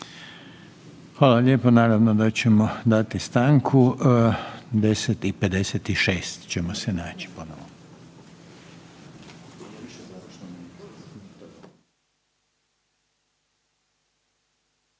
Hvala lijepo, naravno da ćemo dati stanku. U 10 i 56 ćemo se naći ponovo.